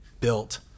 built